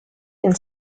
been